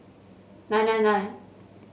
nine nine nine